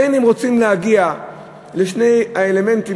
אם רוצים להגיע לשני האלמנטים,